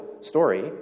story